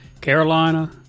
Carolina